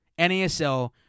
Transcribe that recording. NASL